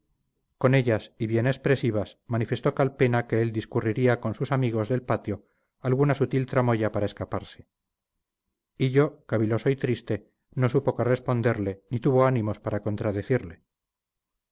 con ellas y bien expresivas manifestó calpena que él discurriría con sus amigos del patio alguna sutil tramoya para escaparse hillo caviloso y triste no supo qué responderle ni tuvo ánimos para contradecirle